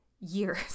years